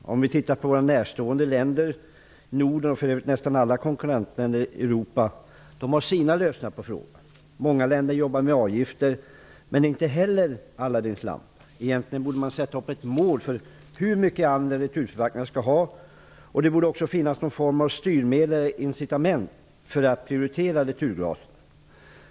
Om vi ser tiII våra närliggande länder, kan vi se att Norden och nästan alla konkurrentländer i Europa har sina egna lÖsningar på frågan. Många länder arbetar med avgiftsfinansiering. Egentligen borde man sätta upp ett mål för hur stor andel returförpackningar skall ha. Det borde också finnas någon form av styrmedel och incitament för att prioritera returglasen.